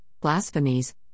blasphemies